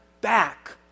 back